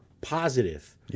positive